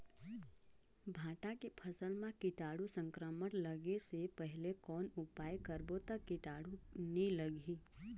भांटा के फसल मां कीटाणु संक्रमण लगे से पहले कौन उपाय करबो ता कीटाणु नी लगही?